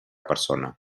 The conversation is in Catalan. persona